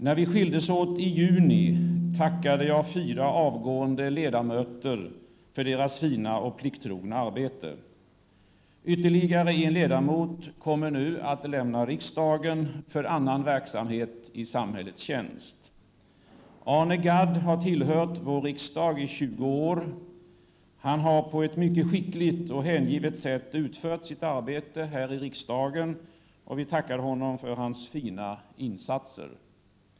När vi skildes åt i juni tackade jag fyra avgående ledamöter för deras fina och plikttrogna arbete. Ytterligare en ledamot kommer nu att lämna riksdagen för annan verksamhet i samhällets tjänst. Arne Gadd har tillhört vår riksdag i 20 år. Han har på ett mycket skickligt och hängivet sätt utfört sitt arbete här i riksdagen, och vi tackar honom för hans fina insatser.